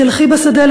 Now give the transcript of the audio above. // את תלכי בשדה.